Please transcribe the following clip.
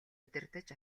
удирдаж